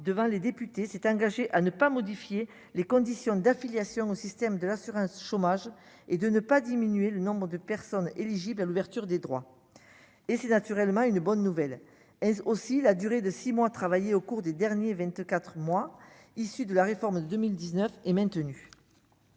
devant les députés, s'est engagé à ne pas modifier les conditions d'affiliation au système de l'assurance chômage et de ne pas diminuer le nombre de personnes éligibles à l'ouverture des droits et c'est naturellement une bonne nouvelle, elles aussi, la durée de 6 mois, travailler au cours des derniers 24 mois issu de la réforme 2019 est maintenu.